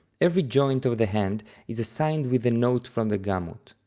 every joint of the hand is assigned with a note from the gamut.